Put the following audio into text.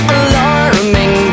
alarming